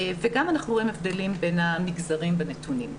וגם אנחנו רואים הבדלים בין המגזרים בנתונים.